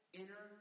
inner